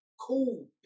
cool